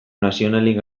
nazionalik